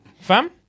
Fam